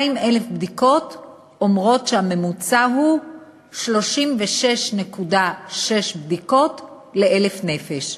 200,000 בדיקות אומרות שהממוצע הוא 36.6 בדיקות ל-1,000 נפש.